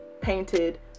painted